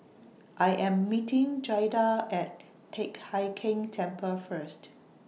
I Am meeting Jaida At Teck Hai Keng Temple First